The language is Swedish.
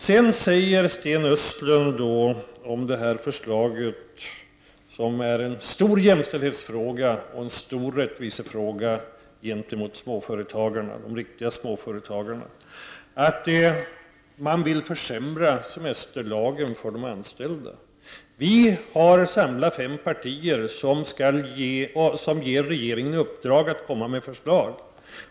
Sedan säger Sten Östlund att vårt förslag, som är en stor jämställdhets fråga och en stor rättvisefråga för de riktiga småföretagen, innebär att man vill försämra semesterlagen för de anställda. Vi har samlat fem partier som ger regeringen i uppdrag att komma med förslag.